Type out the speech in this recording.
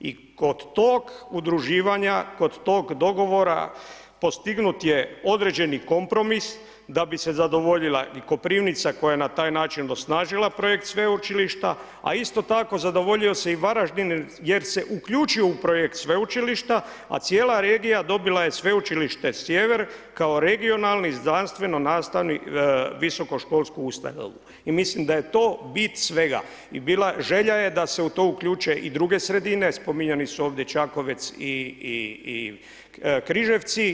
i kod tog udruživanja, kod tog dogovora postignut je određeni kompromis da bi se zadovoljila i Koprivnica koja je na taj način osnažila projekt sveučilišta, a isto tako zadovoljio se i Varaždin jer se uključio u projekt sveučilišta, a cijela regija dobila je sveučilište Sjever kao regionalni znanstveno-nastavni visokoškolsku ustanovu i mislim da je to bit svega i želja je da se u to uključe i druge sredine, spominjani su ovdje Čakovec i Križevci.